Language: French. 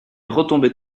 retombait